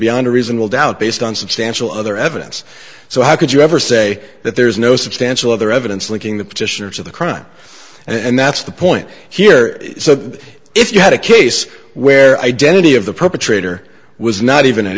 beyond a reasonable doubt based on substantial other evidence so how could you ever say that there is no substantial other evidence the king the petitioners of the crime and that's the point here if you had a case where identity of the perpetrator was not even a